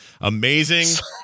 Amazing